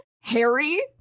Harry